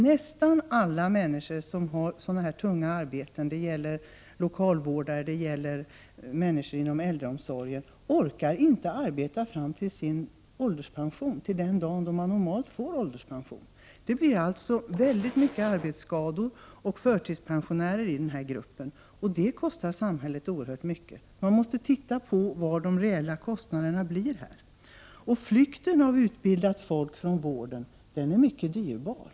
Nästan alla människor med så här tunga arbeten — lokalvårdare, människor inom äldreomsorgen osv. — orkar inte arbeta fram till den dag då de normalt får ålderspension. I denna grupp uppstår väldigt många arbetsskador och många blir förtidspensionärer. Detta kostar samhället oerhört mycket. Vi måste se till de reella kostnaderna för denna verksamhet. Flykten av utbildad personal från vården är mycket dyrbar.